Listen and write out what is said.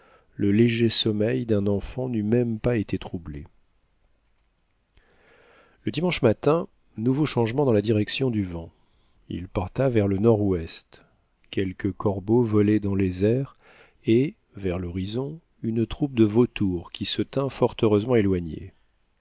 le léger sommeil d'un enfant n'eût même pas été troublé le dimanche matin nouveau changement dans la direction du vent il porta vers le nord-ouest quelques corbeaux volaient dans les airs et vers l'horizon une troupe de vautours qui se tint fort heureusement éloignée